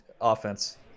offense